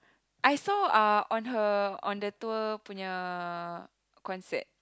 I saw uh on her on the tour punya concert